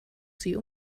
sie